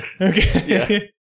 Okay